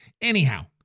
anyhow